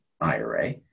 IRA